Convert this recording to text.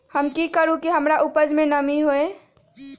हम की करू की हमार उपज में नमी होए?